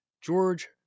George